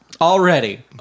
Already